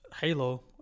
Halo